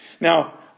Now